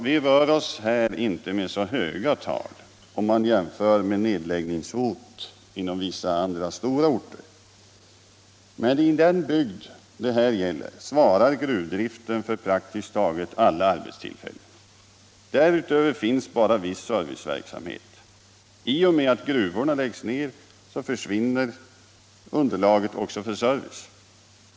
Vi rör oss här inte med så höga tal om man jämför med nedläggningshot inom vissa andra, stora orter. Men i den bygd det här gäller svarar gruvdriften för praktiskt taget alla arbetstillfällen. Därutöver finns bara viss serviceverksamhet. I och med att gruvorna läggs ned försvinner emellertid underlaget också för service.